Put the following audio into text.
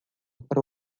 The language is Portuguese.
para